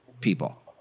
people